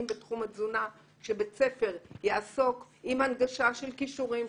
בתחום התזונה שבית ספר יעסוק עם הנגשה של כישורים,